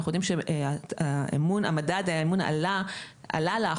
אנחנו יודעים שמדד האמון עלה לאחרונה,